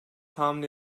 tahmin